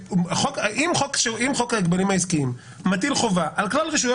אם חוק ההגבלים העסקיים מטיל חובה על כלל רשויות